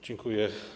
Dziękuję.